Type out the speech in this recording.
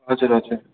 हजुर हजुर